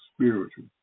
spiritual